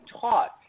taught